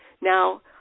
Now